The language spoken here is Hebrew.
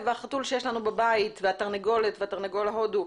והחתול שיש לנו בבית והתרנגולת ותרנגול הודו,